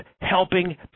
helping